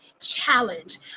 challenge